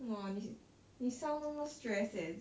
!wah! 你你 sound 那么 stress eh